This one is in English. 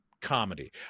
comedy